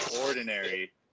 ordinary